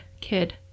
kid